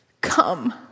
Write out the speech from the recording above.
come